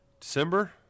December